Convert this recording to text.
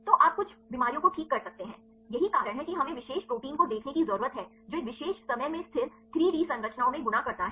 तो आप कुछ बीमारियों को ठीक कर सकते हैं यही कारण है कि हमें विशेष प्रोटीन को देखने की जरूरत है जो एक विशेष समय में स्थिर 3 डी संरचनाओं में गुना करता है